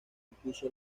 incluso